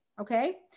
Okay